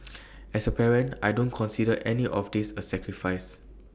as A parent I don't consider any of this A sacrifice